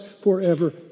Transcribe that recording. forever